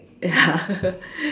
ya